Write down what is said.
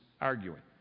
arguing